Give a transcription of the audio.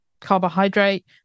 carbohydrate